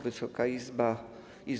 Wysoka Izbo!